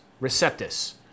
Receptus